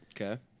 okay